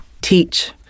teach